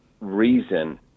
reason